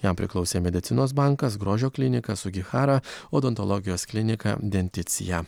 jam priklausė medicinos bankas grožio klinika sugihara odontologijos klinika denticija